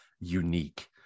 unique